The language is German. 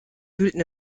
wühlten